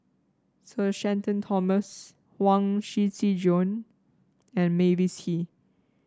Sir Shenton Thomas Huang Shiqi Joan and Mavis Hee